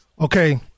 Okay